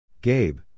Gabe